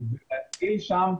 ולהתחיל שם,